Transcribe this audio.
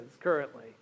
currently